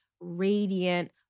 radiant